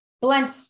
blunt